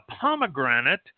pomegranate